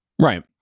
Right